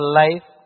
life